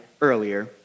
earlier